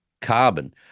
carbon